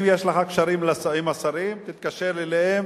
אם יש לך קשרים עם השרים תתקשר אליהם,